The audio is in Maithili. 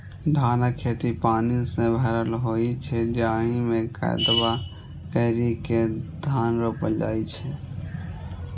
धानक खेत पानि सं भरल होइ छै, जाहि मे कदबा करि के धान रोपल जाइ छै